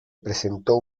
presentó